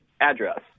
address